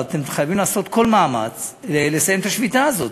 חייבים לעשות כל מאמץ לסיים את השביתה הזאת,